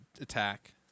attack